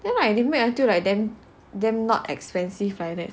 then I didn't wait until like damn damn not expensive it